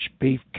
beef